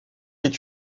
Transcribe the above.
est